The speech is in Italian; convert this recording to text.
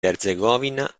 erzegovina